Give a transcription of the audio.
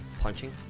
Punching